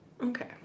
Okay